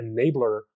enabler